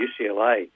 UCLA